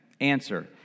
Answer